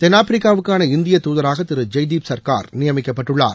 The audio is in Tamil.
தென்னாப்பிரிக்காவுக்கான இந்திய தூதராக திரு ஜெய்தீப் சுர்கார் நியமிக்கப்பட்டுள்ளார்